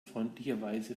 freundlicherweise